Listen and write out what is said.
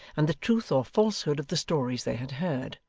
and the truth or falsehood of the stories they had heard.